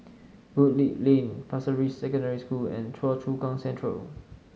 Woodleigh Lane Pasir Ris Secondary School and Choa Chu Kang Central